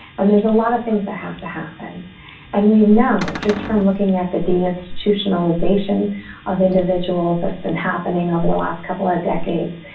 and there's a lot of things that have to happen and you know um just from looking at the d institutionalization of individuals that's been happening over the last couple of decades.